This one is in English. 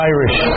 Irish